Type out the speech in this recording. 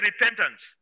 repentance